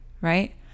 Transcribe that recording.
right